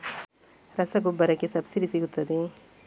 ರಸಗೊಬ್ಬರಕ್ಕೆ ಸಬ್ಸಿಡಿ ಸಿಗುತ್ತದೆಯೇ?